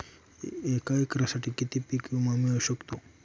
एका एकरसाठी किती पीक विमा मिळू शकतो?